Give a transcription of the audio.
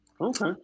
Okay